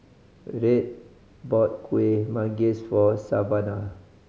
Red bought Kueh Manggis for Savanna